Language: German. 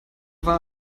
war